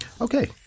Okay